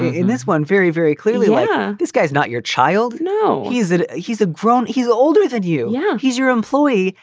this one very, very clearly. like yeah this guy's not your child. no, he's ah he's a grown. he's older than you. yeah he's your employee.